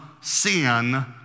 sin